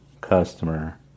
customer